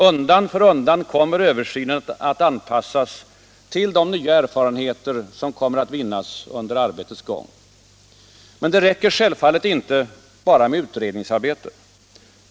Undan för undan kommer översynen att anpassas till de nya erfarenheter som kommer att vinnas under arbetets gång. Det räcker självfallet inte bara med utredningsarbete.